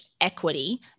equity